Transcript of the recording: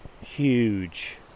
huge